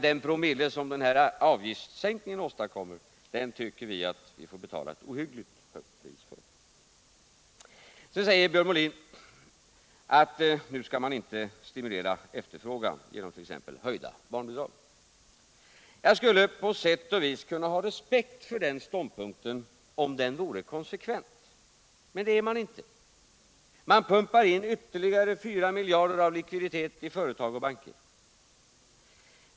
Den promille som denna avgiftssänkning åstadkommer tycker vi att vi får betala ett ohyggligt Nu skall man inte stimulera efterfrågan genom t.ex. en höjning av barnbidragen, säger Björn Molin. Jag skulle på sätt och vis ha respekt för den ståndpunkten om den vore konsekvent, men det är den inte. Det pumpas in ytterligare fyra miljarder av likviditet i företag och banker.